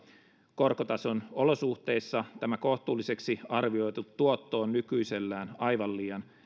korkotason olosuhteissa tämä kohtuulliseksi arvioitu tuotto on aivan liian